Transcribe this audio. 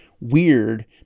weird